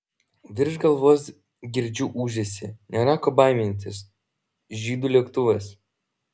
virš galvos girdžiu ūžesį nėra ko baimintis žydų lėktuvas